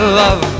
love